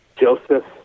Joseph